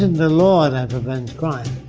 the law that prevents crime,